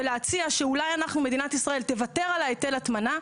ולהציע שאולי אנחנו מדינת ישראל תוותר על היטל הטמנה,